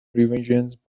revisions